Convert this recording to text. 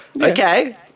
Okay